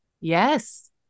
Yes